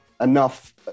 enough